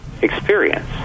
experience